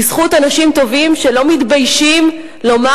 בזכות אנשים טובים שלא מתביישים לומר